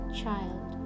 child